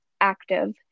active